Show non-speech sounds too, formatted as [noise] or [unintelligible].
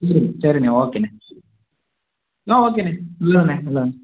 ம் சரிண்ணே ஓகேண்ணே ஆ ஓகேண்ணே [unintelligible]